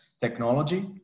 technology